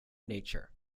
nature